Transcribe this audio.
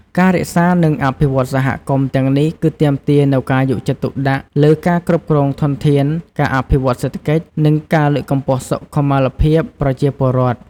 ការរក្សា និងអភិវឌ្ឍន៍សហគមន៍ទាំងនេះ គឺទាមទារនូវការយកចិត្តទុកដាក់លើការគ្រប់គ្រងធនធាន ការអភិវឌ្ឍន៍សេដ្ឋកិច្ច និងការលើកកម្ពស់សុខុមាលភាពប្រជាពលរដ្ឋ។